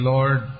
Lord